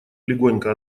легонько